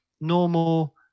normal